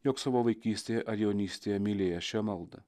jog savo vaikystėje ar jaunystėje mylėjęs šią maldą